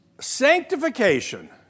Sanctification